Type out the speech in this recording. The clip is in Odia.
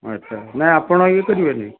ଆଚ୍ଛା ନାହିଁ ଆପଣ ଇଏ କରିବେନି